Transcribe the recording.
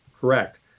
Correct